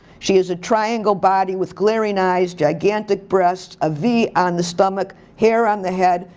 she has a triangle body with glaring eyes, gigantic breasts, a v on the stomach, hair on the head,